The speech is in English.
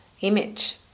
image